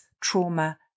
trauma